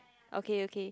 okay okay